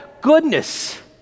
goodness